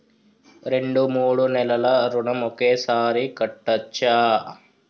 రెండు మూడు నెలల ఋణం ఒకేసారి కట్టచ్చా?